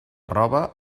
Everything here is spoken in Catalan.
roba